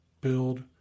build